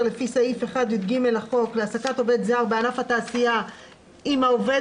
לפי סעיף 1יג' לחוק להעסקת עובד זר בענף התעשייה אם העובד